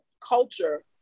culture